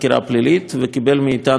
וקיבל מאתנו גיבוי מלא,